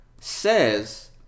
says